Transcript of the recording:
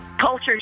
Culture